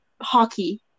hockey